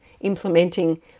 implementing